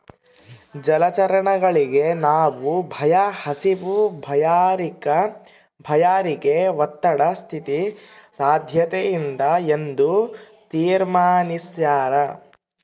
ಜಲಚರಗಳಿಗೆ ನೋವು ಭಯ ಹಸಿವು ಬಾಯಾರಿಕೆ ಒತ್ತಡ ಸ್ಥಿತಿ ಸಾದ್ಯತೆಯಿಂದ ಎಂದು ತೀರ್ಮಾನಿಸ್ಯಾರ